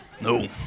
No